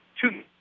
two